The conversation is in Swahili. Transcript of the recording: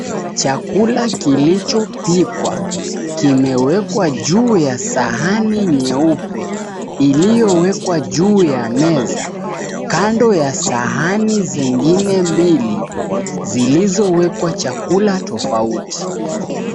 Chakula kilichopikwa kimewekwa juu ya sahani nyeupe iliyowekwa juu ya meza . Kando ya sahani zingine mbili zilizowekwa chakula tofauti.